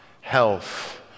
health